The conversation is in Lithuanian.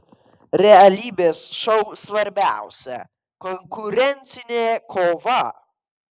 realybės šou svarbiausia konkurencinė kova